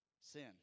Sin